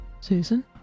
Susan